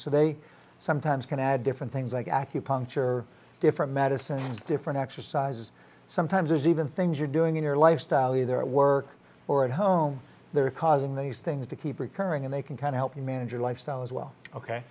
so they sometimes can add different things like acupuncture different medicines different exercises sometimes even things you're doing in your lifestyle either at work or at home they're causing these things to keep recurring and they can kind of help you manage your lifestyle as well ok